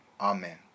Amen